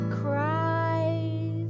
cries